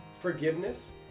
forgiveness